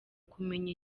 kumenya